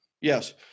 Yes